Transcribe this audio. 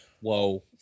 whoa